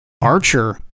archer